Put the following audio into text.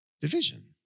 division